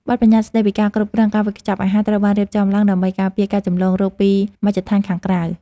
បទប្បញ្ញត្តិស្ដីពីការគ្រប់គ្រងការវេចខ្ចប់អាហារត្រូវបានរៀបចំឡើងដើម្បីការពារការចម្លងរោគពីមជ្ឈដ្ឋានខាងក្រៅ។